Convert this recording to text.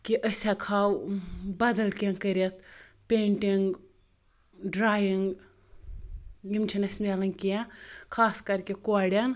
کہِ أسۍ ہیٚکہَو بَدل کینٛہہ کٔرِتھ پینٛٹِنٛگ ڈرٛایِنٛگ یِم چھِنہٕ اَسہِ مِلان کینٛہہ خاص کَر کہِ کورٮ۪ن